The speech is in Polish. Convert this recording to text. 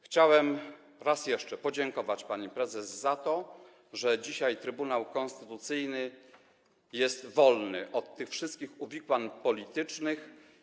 Chciałem raz jeszcze podziękować pani prezes za to, że dzisiaj Trybunał Konstytucyjny jest wolny od tych wszystkich uwikłań politycznych.